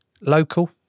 Local